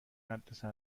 مدرسه